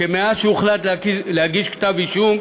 מאז הוחלט להגיש כתב-אישום,